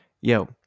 yo